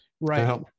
Right